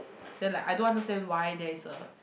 then like I don't understand why there is a